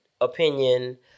opinion